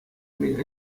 мӗн